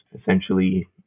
essentially